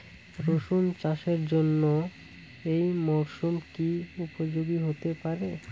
রসুন চাষের জন্য এই মরসুম কি উপযোগী হতে পারে?